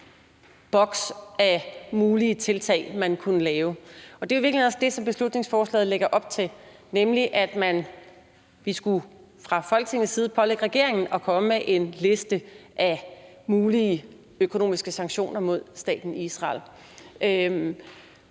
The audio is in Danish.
boks af mulige tiltag, man kunne lave. Det er i virkeligheden også det, beslutningsforslaget lægger op til, nemlig at man fra Folketingets side skulle pålægge regeringen at komme med en liste af mulige økonomiske sanktioner mod staten Israel. Så